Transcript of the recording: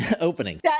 opening